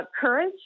courage